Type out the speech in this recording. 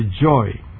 joy